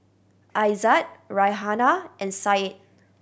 Aizat Raihana and Said